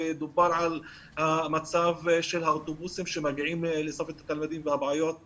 דובר על המצב של האוטובוסים שמגיעים והבעיות בחורף.